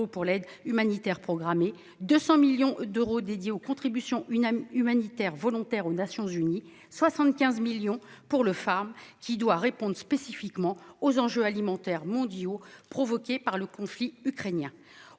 pour l'aide alimentaire programmée ; 200 millions d'euros affectés aux contributions humanitaires volontaires aux Nations unies ; 75 millions d'euros pour le (Farm), qui doit répondre spécifiquement aux problèmes alimentaires mondiaux provoqués par le conflit ukrainien.